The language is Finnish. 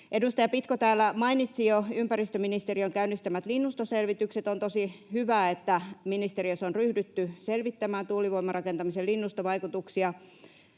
Edustaja Pitko täällä mainitsi jo ympäristöministeriön käynnistämät linnustoselvitykset. On tosi hyvä, että ministeriössä on ryhdytty selvittämään tuulivoimarakentamisen linnustovaikutuksia,